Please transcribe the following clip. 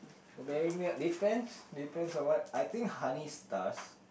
strawberry milk depends depends on what I think honey stars